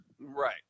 right